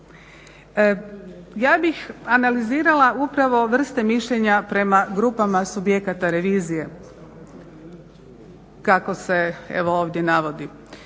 Ja bih analizirala upravo vrste mišljenja prema grupama subjekata revizije kako se evo ovdje navodi.